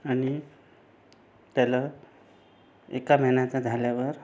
आणि त्याला एका महिन्याचा झाल्यावर